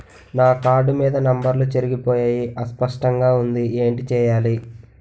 నా కార్డ్ మీద నంబర్లు చెరిగిపోయాయి అస్పష్టంగా వుంది ఏంటి చేయాలి?